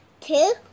two